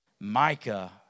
Micah